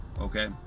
Okay